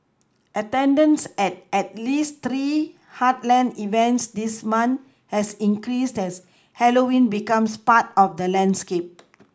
attendance at at least three heartland events this month has increased as Halloween becomes part of the landscape